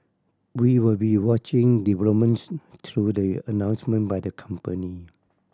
we will be watching developments through the announcement by the company